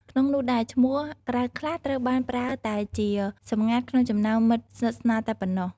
ក្នុងនោះដែរ ឈ្មោះក្រៅខ្លះត្រូវបានប្រើតែជាសម្ងាត់ក្នុងចំណោមមិត្តស្និទ្ធស្នាលតែប៉ុណ្ណោះ។